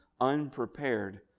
unprepared